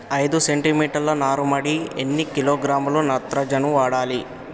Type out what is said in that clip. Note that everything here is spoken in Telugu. ఐదు సెంటిమీటర్ల నారుమడికి ఎన్ని కిలోగ్రాముల నత్రజని వాడాలి?